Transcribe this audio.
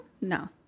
No